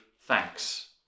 thanks